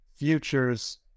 Futures